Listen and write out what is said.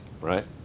right